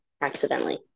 accidentally